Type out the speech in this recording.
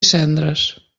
cendres